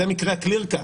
זה מקרה ה-clear-cut.